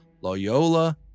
Loyola